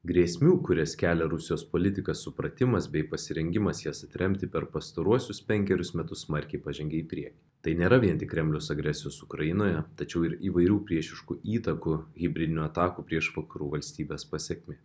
grėsmių kurias kelia rusijos politika supratimas bei pasirengimas jas atremti per pastaruosius penkerius metus smarkiai pažengė į priekį tai nėra vien tik kremliaus agresijos ukrainoje tačiau ir įvairių priešiškų įtakų hibridinių atakų prieš vakarų valstybes pasekmė